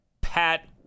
Pat